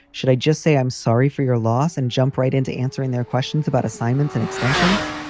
should i just say i'm sorry for your loss and jump right into answering their questions about assignments and extensions?